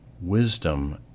wisdom